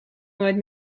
nooit